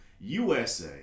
usa